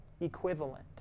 equivalent